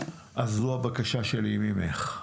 זאת הבקשה שלי ממך.